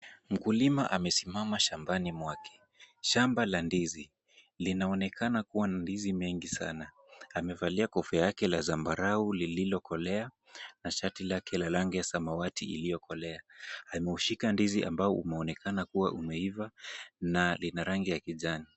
Mkulima amesimama shambani mwake, shamba la ndizi. Linaonekana kuwa na ndizi mengi sana. Amevalia kofia yake la zambarau lililokolea na shati lake la rangi ya samawati iliyokolea. Ameushika ndizi ambao unaonekana kuwa umeiva na lina rangi ya kijani.